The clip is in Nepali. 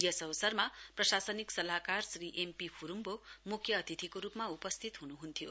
यस अवसरमा प्रशासनिक सल्लाहकार श्री एम पी फ्रुम्बो म्ख्य अतिथिको रूपमा उपस्थित हुनुहुन्थ्यो